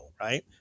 right